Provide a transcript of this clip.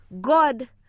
God